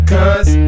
Cause